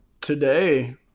Today